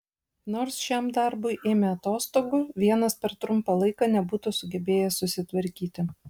nors šiam darbui ėmė atostogų vienas per trumpą laiką nebūtų sugebėjęs susitvarkyti